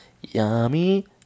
yummy